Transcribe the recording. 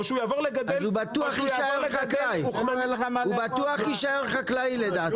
או שהוא יעבור לגדל אוכמניות --- הוא בטוח יישאר חקלאי לדעתך?